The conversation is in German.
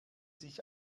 sich